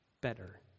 better